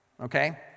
okay